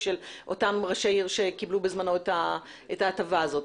אותם ראשי עיר שקיבלו בזמנו את ההטבה הזו.